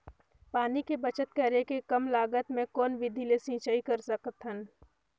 पानी के बचत करेके कम लागत मे कौन विधि ले सिंचाई कर सकत हन?